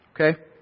Okay